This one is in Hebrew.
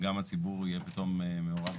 גם הציבור יהיה פתאום מעורב.